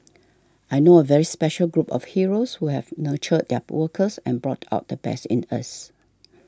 I know a very special group of heroes who have nurtured their workers and brought out the best in us